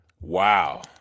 Wow